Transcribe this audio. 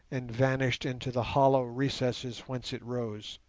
and vanished into the hollow recesses whence it rose.